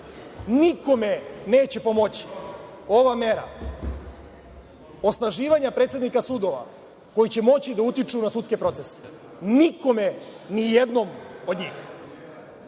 Nikome neće pomoći ova mera osnaživanja predsednika sudova koji će moći da utiču na sudske procese. Nikome, ni jednom od njih.